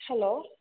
hello